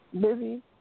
Busy